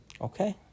Okay